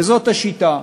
וזאת השיטה.